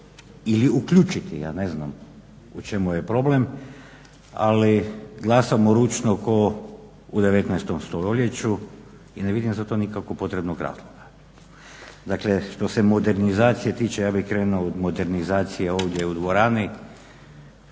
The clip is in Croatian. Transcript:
ili uključiti, ja ne znam u čemu je problem. Ali glasamo ručno ko' u 19. stoljeću i ne vidim za to nikakvog potrebnog razloga. Dakle, što se modernizacije tiče ja bih krenuo od modernizacije ovdje u dvorani,